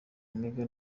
omega